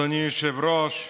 אדוני היושב-ראש,